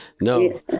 no